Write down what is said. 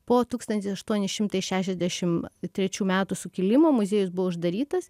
po tūkstantis aštuoni šimtai šešiasdešimt trečių metų sukilimo muziejus buvo uždarytas